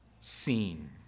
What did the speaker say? seen